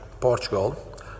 Portugal